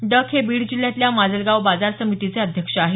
duck हे बीड जिल्ह्यातील माजलगाव बाजार समितीचे अध्यक्ष आहेत